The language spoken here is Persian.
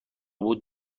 بود